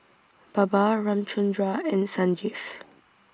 Baba Ramchundra and Sanjeev